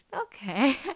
okay